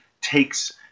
takes